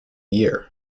year